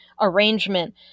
arrangement